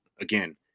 again